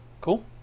cool